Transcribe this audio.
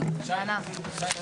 לשבת.